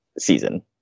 season